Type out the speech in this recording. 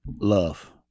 love